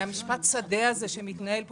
ממשפט השדה הזה שמתנהל פה,